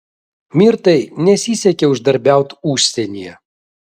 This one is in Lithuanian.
mirtai nesisekė uždarbiaut užsienyje